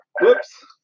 whoops